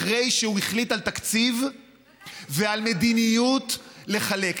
אחרי שהוא החליט על תקציב ועל מדיניות, לחלק.